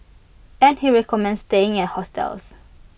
and he recommends staying at hostels